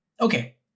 Okay